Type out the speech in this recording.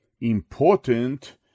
important